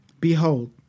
Behold